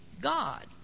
God